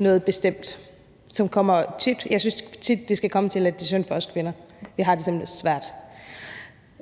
noget bestemt, og jeg synes tit, det skal komme til, at det er synd for os kvinder. Det har jeg det sådan lidt svært